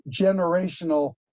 generational